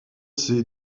ses